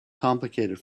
complicated